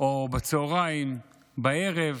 או בצוהריים או בערב,